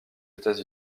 états